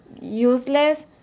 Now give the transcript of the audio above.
useless